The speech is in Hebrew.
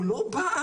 הוא לא בא'.